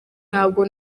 ntabwo